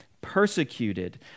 persecuted